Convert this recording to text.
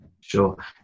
sure